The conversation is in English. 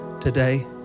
today